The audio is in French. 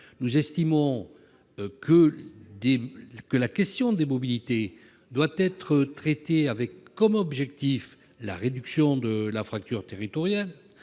Nous estimons que la question des mobilités doit être traitée avec pour objectif la réduction de la fracture territoriale,